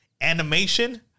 animation